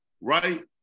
right